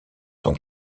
sont